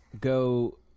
go